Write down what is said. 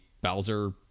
Bowser